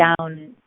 down